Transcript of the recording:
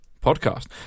podcast